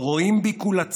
/ רואים בי כולה צבע,